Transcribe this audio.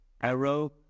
arrow